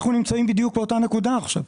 אנחנו נמצאים באותה נקודה עכשיו.